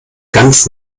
ganz